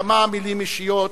וכמה מלים אישיות,